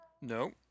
No